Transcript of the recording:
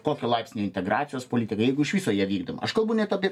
tokio laipsnio integracijos politiką jeigu iš viso ją vykdom aš kalbu ne apie tai